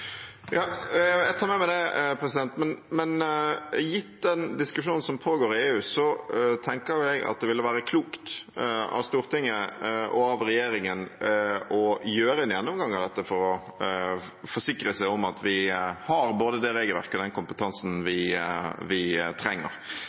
Jeg tar med meg det, men gitt den diskusjonen som pågår i EU, tenker jeg det ville vært klokt av Stortinget og regjeringen å foreta en gjennomgang av dette for å forsikre seg om at vi har både det regelverket og den kompetansen vi